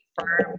firm